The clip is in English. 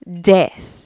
death